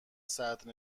صدر